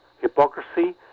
hypocrisy